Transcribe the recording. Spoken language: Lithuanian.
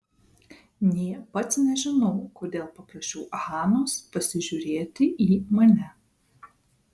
nė pats nežinau kodėl paprašiau hanos pasižiūrėti į mane